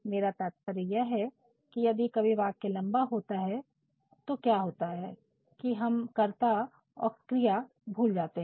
मेरा तात्पर्य है की यदि कभी वाक्य लम्बा होता तो क्या होता है कि हम कर्त्ता और क्रिया भूल जाते है